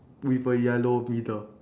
with a yellow middle